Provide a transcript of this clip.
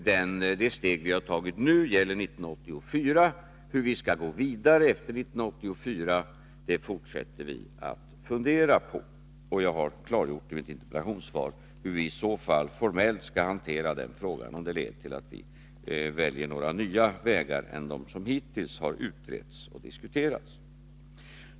Det steg vi nu har tagit gäller för år 1984. Hur vi skall gå vidare därefter fortsätter vi att fundera på. Jag har i mitt interpellationssvar klargjort hur vi formellt skall hantera den frågan, om funderingarna leder till att vi väljer nya vägar än dem som hittills har utretts och diskuterats.